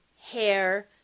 hair